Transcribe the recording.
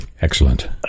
Excellent